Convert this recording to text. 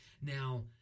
Now